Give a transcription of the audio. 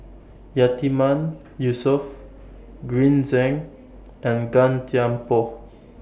Yatiman Yusof Green Zeng and Gan Thiam Poh